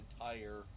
entire